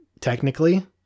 Technically